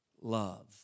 love